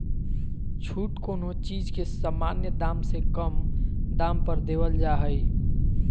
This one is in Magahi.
छूट कोनो चीज के सामान्य दाम से कम दाम पर देवल जा हइ